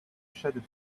shaded